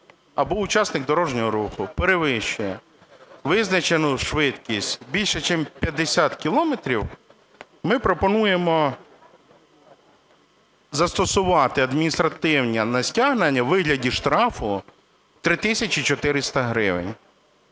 або учасник дорожнього руху перевищує визначену швидкість більше чим 50 кілометрів, ми пропонуємо застосувати адміністративне стягнення у вигляді штрафу 3 тисячі 400 гривень.